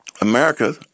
America